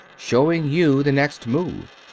showing you the next move.